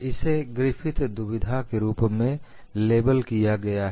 इसे ग्रिफ़िथ दुविधा Griffiths Dilemma के रूप में लेबल किया गया है